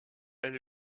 elle